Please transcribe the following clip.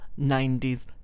90s